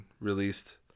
Released